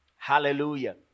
Hallelujah